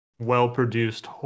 well-produced